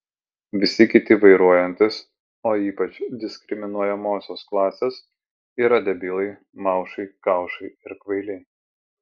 visi kiti vairuojantys o ypač diskriminuojamosios klasės yra debilai maušai kaušai ir kvailiai